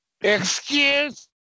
Excuse